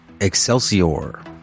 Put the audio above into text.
Excelsior